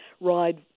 ride